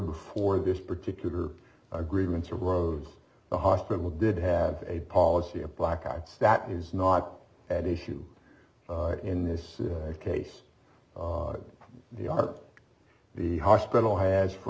before this particular agreements a road the hospital did have a policy of blackouts that is not an issue in this case the are the hospital has for